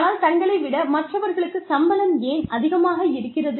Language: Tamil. ஆனால் தங்களை விட மற்றவர்களுக்கு சம்பளம் ஏன் அதிகமாக இருக்கிறது